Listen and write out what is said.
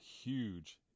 huge